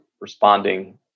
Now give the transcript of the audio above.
responding